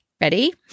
Ready